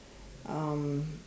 um